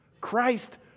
Christ